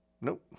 Nope